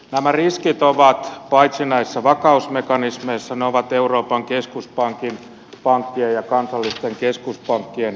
nämä riskit ovat paitsi näissä vakausmekanismeissa ne ovat euroopan keskuspankkien ja kansallisten keskuspankkien taseissa